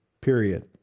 period